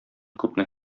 күпне